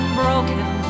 broken